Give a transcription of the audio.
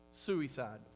suicide